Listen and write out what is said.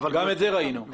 גם את זה ראינו.